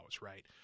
right